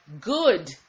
Good